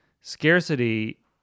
scarcity